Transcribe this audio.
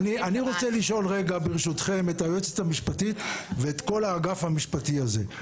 אני רוצה לשאול ברשותכם את היועצת המשפטית ואת כל האגף המשפטי הזה,